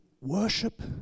worship